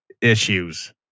issues